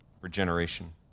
Regeneration